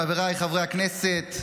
חבריי חברי הכנסת,